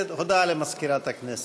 הודעה למזכירת הכנסת.